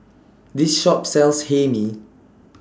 This Shop sells Hae Mee